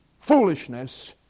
foolishness